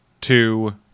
two